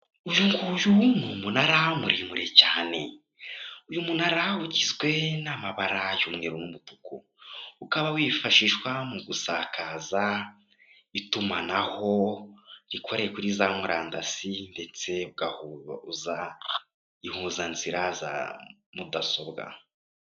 Uyu nguyu ni umunara muremure cyane, uyu munara ugizwe n'amabara y'umweru n'umutuku, ukaba wifashishwa mu gusakaza itumanaho rikorera kuri za murandasi, ndetse ugahuza ihuzanzira za mudasobwa.